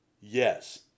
yes